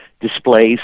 displays